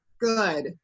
good